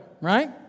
right